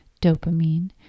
dopamine